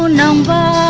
number